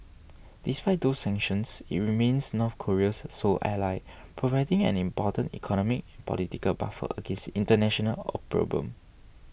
despite those sanctions it remains North Korea's sole ally providing an important economic political buffer against international opprobrium